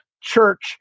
church